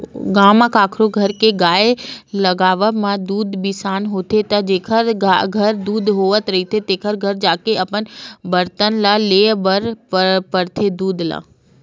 गाँव म कखरो घर के गाय लागब म दूद बिसाना होथे त जेखर घर दूद होवत रहिथे तेखर घर जाके अपन बरतन म लेय बर परथे दूद ल